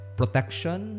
protection